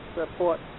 support